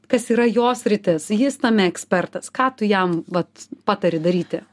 kas yra jo sritis jis tame ekspertas ką tu jam vat patari daryti